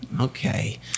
Okay